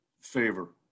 favor